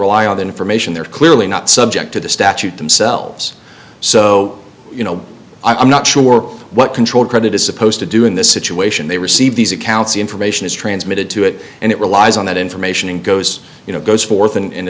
rely on the information they're clearly not subject to the statute themselves so you know i'm not sure what control credit is supposed to do in this situation they receive these accounts the information is transmitted to it and it relies on that information and goes you know goes forth and